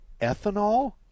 ethanol